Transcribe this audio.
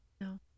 No